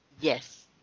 yes